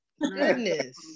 Goodness